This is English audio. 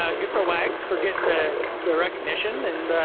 ah good for wags for getting the the recognition and,